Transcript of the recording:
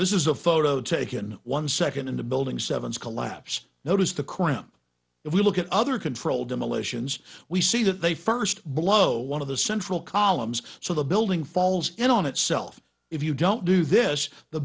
this is a photo taken one second in the building seven collapsed noticed the crown if we look at other controlled demolitions we see that they first blow one of the central columns so the building falls in on itself if you don't do this the